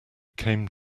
came